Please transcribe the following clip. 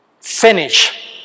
Finish